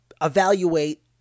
evaluate